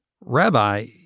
Rabbi